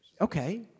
Okay